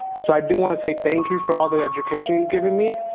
so i do wanna say thank you for all the education you've given me,